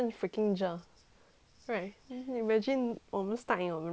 right imagine 我们 stuck in 我们 room then no